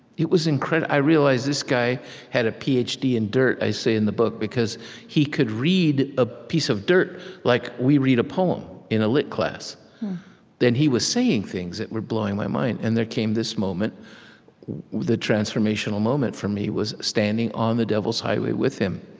it was incredible. i realized, this guy had a ph d. in dirt, i say in the book, because he could read a piece of dirt like we read a poem in a lit class then he was saying things that were blowing my mind and there came this moment the transformational moment, for me, was standing on the devil's highway with him.